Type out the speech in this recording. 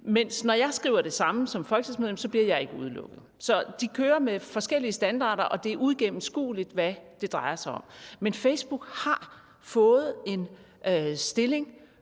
Men når jeg skriver det samme som folketingsmedlem, bliver jeg ikke udelukket. Så Facebook kører med forskellige standarder, og det er uigennemskueligt, hvad det drejer sig om. Men Facebook har fået en stilling